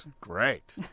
great